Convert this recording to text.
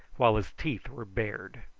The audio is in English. while his teeth were bared.